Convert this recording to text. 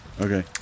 Okay